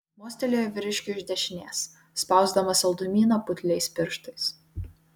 mostelėjo vyriškiui iš dešinės spausdamas saldumyną putliais pirštais